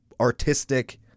artistic